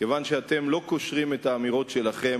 כיוון שאתם לא קושרים את האמירות שלכם